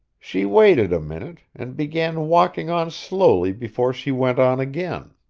she waited a minute, and began walking on slowly before she went on again.